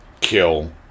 Kill